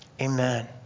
Amen